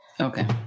Okay